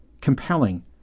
compelling